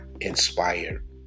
inspired